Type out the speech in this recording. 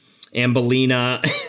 Ambolina